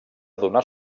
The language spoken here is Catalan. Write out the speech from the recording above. donar